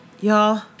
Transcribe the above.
Y'all